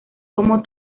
como